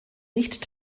nicht